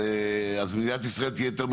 אז מדינת ישראל תהיה יותר ממוגנת.